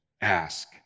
ask